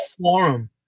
forum